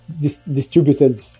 distributed